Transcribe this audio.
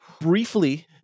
briefly